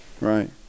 right